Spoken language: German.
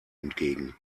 entgegen